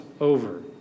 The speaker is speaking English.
over